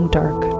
dark